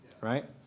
right